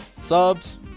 subs